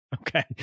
Okay